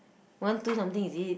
one two something is it